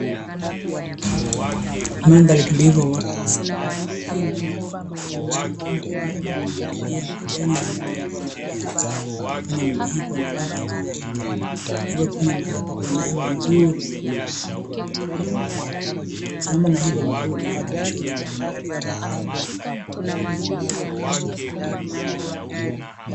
mandhari tulivu ya uwanda wa asili, mandhari hii imepambwa kwa mto, mto huu unatumika katika kumwagilia majani na miti iliyokua mahali hapa kufanya miti hii kuwa na rangi nzuri ya kijani, hivyo kufanya mahali hapa kuwa na hewa nzuri ya kufanya watu wapende kuja mahali hapa, sambamba na hivo mto huu hutumika katika shughuli mbalimbali kama vile uvuvi.